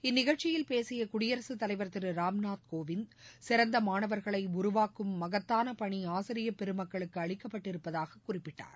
இந்நிகழ்ச்சியில் பேசிய குடியரசுத் தலைவர்திரு ராம்நாத் கோவிந்த் சிறந்த மாணவர்களை உருவாக்கும் மகத்தான பணி ஆசிரிய பெருமக்களுக்கு அளிக்கப்பட்டிருப்பதாக குறிப்பிட்டார்